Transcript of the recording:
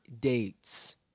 dates